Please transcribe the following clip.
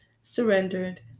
surrendered